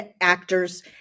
Actors